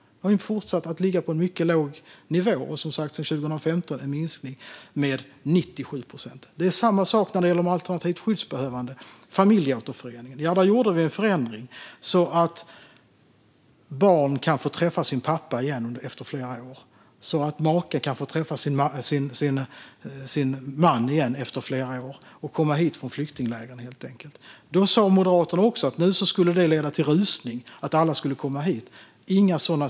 Det har fortsatt att ligga på en mycket låg nivå. Sedan 2015 är det som sagt en minskning med 97 procent. Det är samma sak när det gäller de alternativt skyddsbehövande och familjeåterförening. Där gjorde vi en förändring så att barn kan få träffa sin pappa igen efter flera år och så att en maka kan få träffa sin man igen efter flera år; han kan helt enkelt få komma hit från flyktinglägret. Då sa Moderaterna också att det skulle leda till rusning och att alla skulle komma hit.